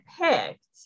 picked